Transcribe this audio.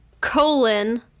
colon